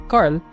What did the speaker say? Carl